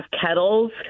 kettles